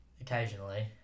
occasionally